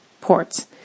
ports